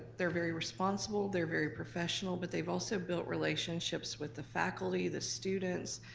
they're very responsible, they're very professional, but they've also built relationships with the faculty, the students,